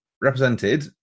represented